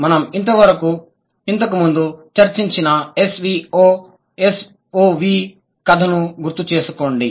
మనం ఇంతకు ముందు చర్చించిన SVO subject verb object కర్త క్రియ కర్మ SOV కథను గుర్తు చేసుకోండి